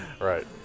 Right